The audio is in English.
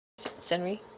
Senri